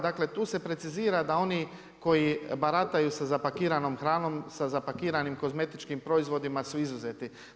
Dakle tu se precizira da oni koji barataju sa zapakiranom hranom, sa zapakiranim kozmetičkim proizvodima su izuzeti.